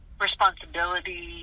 responsibility